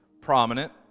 prominent